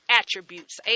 attributes